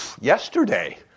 yesterday